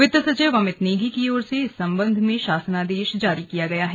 वित्त सचिव अमित नेगी की ओर से इस संबंध में शासनादेश जारी किया गया है